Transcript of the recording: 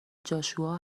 جاشوا